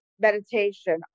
meditation